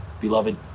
Beloved